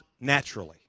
naturally